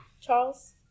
Charles